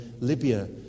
Libya